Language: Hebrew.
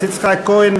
יצחק כהן,